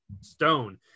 stone